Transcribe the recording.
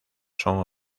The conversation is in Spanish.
son